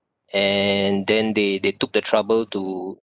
and then they they took the trouble to